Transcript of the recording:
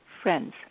friends